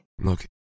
Look